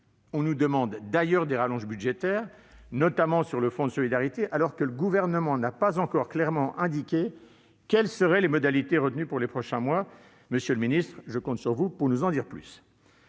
On nous demande d'ailleurs des rallonges budgétaires, notamment sur le fonds de solidarité, alors que le Gouvernement n'a pas encore clairement indiqué quelles seraient les modalités retenues pour les prochains mois. Je compte sur vous pour nous en dire plus,